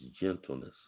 gentleness